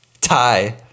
Tie